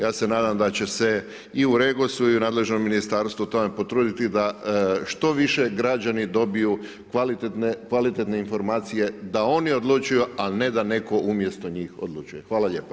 Ja se nadam da će se i u REGOS-u i u nadležnom ministarstvu u tome potruditi i da što više građani dobiju kvalitetne informacije da oni odlučuje a ne da netko umjesto njih odlučuje.